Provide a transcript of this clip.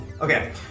Okay